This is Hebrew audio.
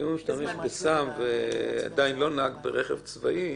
בסמים אבל לא נוהג ברכב צבאי,